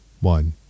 one